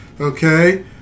okay